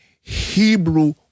Hebrew